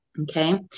Okay